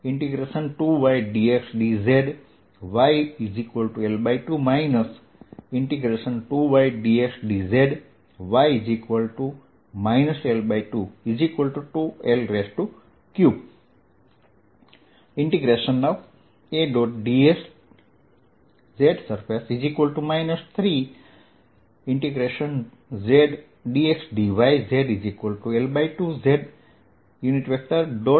ds|y direction2ydxdz|yL2 2ydxdz|y L22L3 A